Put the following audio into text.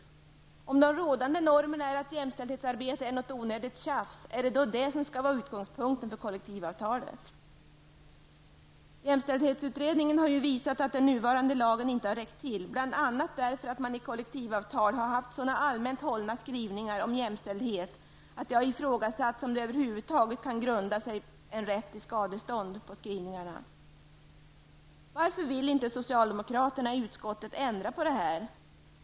Om de rådande normerna är att jämställdhetsarbete är något onödigt tjafs, är det då det som skall vara utgångspunkten för kollektivavtalet? Jämställdhetsutredningen har visat att den nuvarande lagen inte har räckt till, bl.a. därför att man i kollektivavtal har haft så allmänt hållna skrivningar om jämställdhet att det har i frågasatts om de över huvud taget kan grunda rätt till skadestånd. Varför vill socialdemokraterna i utskottet inte ändra på det?